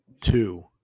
two